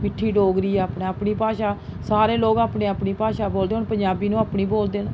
मिठ्ठी डोगरी ऐ अपना अपनी भाशा सारें लोग अपनी अपनी भाशा बोलदे न हून पंजाबी न ओह् अपनी बोलदे न